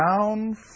down